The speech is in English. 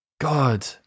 God